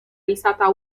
risata